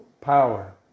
power